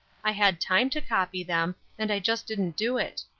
i had time to copy them, and i just didn't do it.